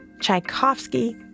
Tchaikovsky